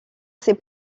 ses